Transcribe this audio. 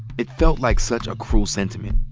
it felt like such a cruel sentiment,